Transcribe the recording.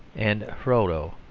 and hrodo,